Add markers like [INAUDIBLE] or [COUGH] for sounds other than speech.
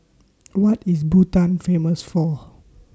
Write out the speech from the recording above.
[NOISE] What IS Bhutan Famous For